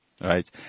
Right